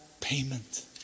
payment